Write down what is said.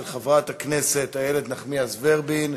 של חברת הכנסת איילת נחמיאס ורבין,